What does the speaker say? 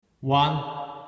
one